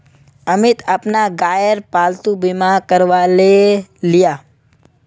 अमित अपना गायेर पालतू बीमा करवाएं लियाः